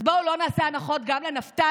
אז בואו לא נעשה הנחות גם לנפתלי